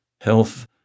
health